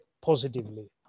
positively